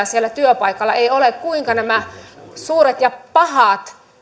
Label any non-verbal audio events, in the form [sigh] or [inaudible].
[unintelligible] siellä työpaikalla ei ole työkaluja ja toimintamalleja kuinka nämä suuret ja pahat